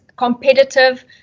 competitive